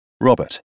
Robert